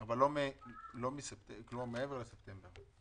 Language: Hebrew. שהם רצו, מעבר לספטמבר.